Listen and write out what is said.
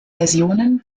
versionen